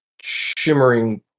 shimmering